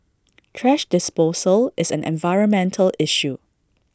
thrash disposal is an environmental issue